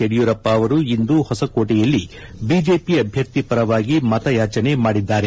ಯಡಿಯೂರಪ್ಪ ಅವರು ಇಂದು ಹೊಸಕೋಟೆಯಲ್ಲಿ ಬಿಜೆಪಿ ಅಭ್ಯರ್ಥಿ ಪರವಾಗಿ ಮತಯಾಚನೆ ಮಾಡಿದ್ದಾರೆ